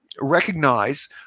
recognize